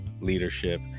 leadership